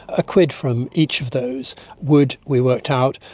a quid from each of those would, we worked out,